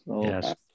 Yes